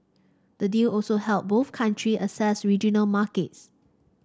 the deal also help both countries access regional markets